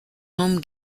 home